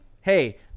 hey